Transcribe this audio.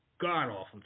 god-awful